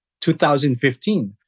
2015